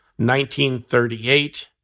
1938